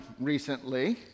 recently